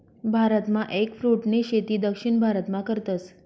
भारतमा एगफ्रूटनी शेती दक्षिण भारतमा करतस